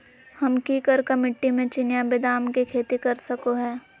हम की करका मिट्टी में चिनिया बेदाम के खेती कर सको है?